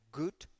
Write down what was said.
good